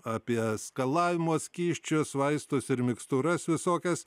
apie skalavimo skysčius vaistus ir mikstūras visokias